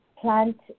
plant